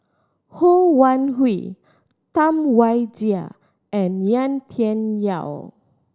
Ho Wan Hui Tam Wai Jia and Yau Tian Yau